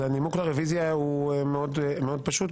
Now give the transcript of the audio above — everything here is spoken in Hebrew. הנימוק לרביזיה הוא מאוד פשוט.